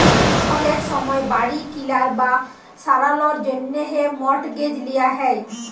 অলেক সময় বাড়ি কিলার বা সারালর জ্যনহে মর্টগেজ লিয়া হ্যয়